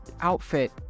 outfit